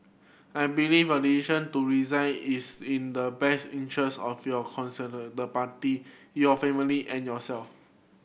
I believe your decision to resign is in the best interest of your the Party your family and yourself